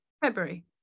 February